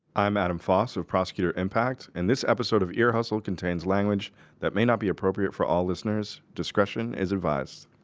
i'm adam foss of prosecutor impact. and this episode of ear hustle contains language that may not be appropriate for all listeners. discretion is advised